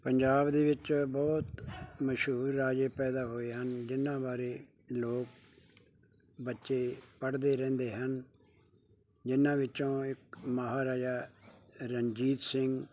ਪੰਜਾਬ ਦੇ ਵਿੱਚ ਬਹੁਤ ਮਸ਼ਹੂਰ ਰਾਜੇ ਪੈਦਾ ਹੋਏ ਹਨ ਜਿਹਨਾਂ ਬਾਰੇ ਲੋਕ ਬੱਚੇ ਪੜ੍ਹਦੇ ਰਹਿੰਦੇ ਹਨ ਜਿਹਨਾਂ ਵਿੱਚੋਂ ਇੱਕ ਮਹਾਰਾਜਾ ਰਣਜੀਤ ਸਿੰਘ